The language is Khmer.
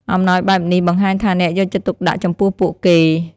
អំណោយបែបនេះបង្ហាញថាអ្នកយកចិត្តទុកដាក់ចំពោះពួកគេ។